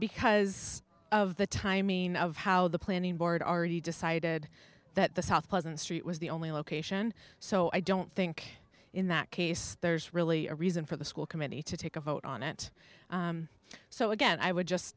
because of the time mean of how the planning board already decided that the south pleasant street was the only location so i don't think in that case there's really a reason for the school committee to take a vote on it so again i would just